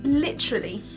literally,